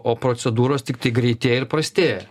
o procedūros tiktai greitėja ir prastėja